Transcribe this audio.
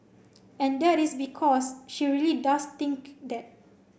and that is because she really does think that